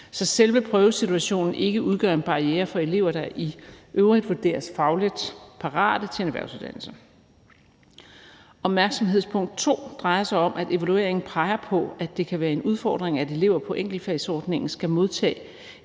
så selve prøvesituationen ikke udgør en barriere for elever, der i øvrigt vurderes fagligt parate til en erhvervsuddannelse. Opmærksomhedspunkt nr. 2 drejer sig om, at evalueringen peger på, at det kan være en udfordring, at elever på enkeltfagsordningen skal modtage